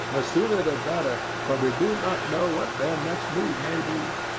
the sooner the better, for we do not know what their next move may be.